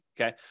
okay